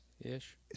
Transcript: Ish